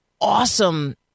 awesome